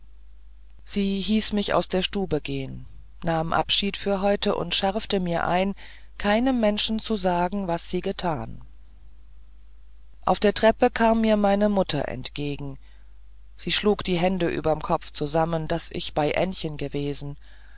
sie hieß mich aus der stube gehn nahm abschied für heute und schärfte mir ein keinem menschen zu sagen was sie getan auf der treppe kam mir meine mutter entgegen sie schlug die hände überm kopf zusammen daß ich bei ännchen gewesen